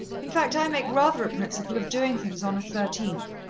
in fact i make rather a principle of doing things on a thirteenth,